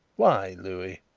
why, louis?